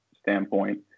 standpoint